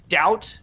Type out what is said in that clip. doubt